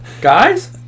guys